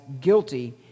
guilty